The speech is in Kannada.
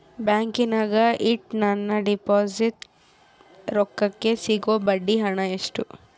ಬ್ಯಾಂಕಿನಾಗ ಇಟ್ಟ ನನ್ನ ಡಿಪಾಸಿಟ್ ರೊಕ್ಕಕ್ಕೆ ಸಿಗೋ ಬಡ್ಡಿ ಹಣ ಎಷ್ಟು?